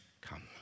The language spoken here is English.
come